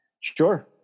Sure